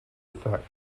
effect